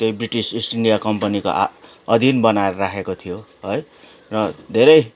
त्यही British East India कम्पनीको आ आधिन बनाएर राखेको थियो है र धेरै